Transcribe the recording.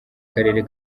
karere